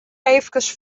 efkes